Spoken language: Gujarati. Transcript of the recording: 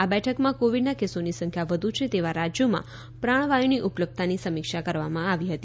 આ બેઠકમાં કોવિડના કેસોની સંખ્યા વધુ છે તેવા રાજ્યોમાં પ્રાણવાયુની ઉપલબ્ધતાની સમીક્ષા કરવામાં આવી હતી